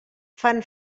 fan